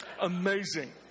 Amazing